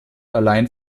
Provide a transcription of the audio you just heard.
allein